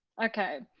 ok.